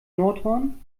nordhorn